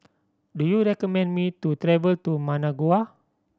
do you recommend me to travel to Managua